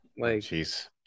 jeez